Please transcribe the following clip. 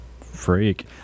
Freak